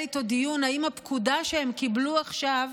איתו דיון על הפקודה שהם קיבלו עכשיו,